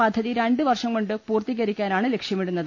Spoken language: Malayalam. പദ്ധതി രണ്ട് വർഷം കൊണ്ട് പൂർത്തീകരിക്കാനാണ് ലക്ഷ്യമിടുന്നത്